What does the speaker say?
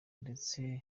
ndetse